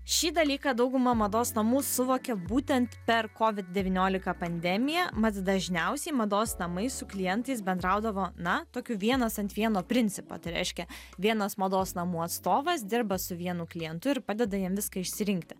šį dalyką dauguma mados namų suvokė būtent per covid devyniolika pandemiją mat dažniausiai mados namai su klientais bendraudavo na tokiu vienas ant vieno principo tai reiškia vienas mados namų atstovas dirba su vienu klientu ir padeda jam viską išsirinkti